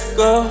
go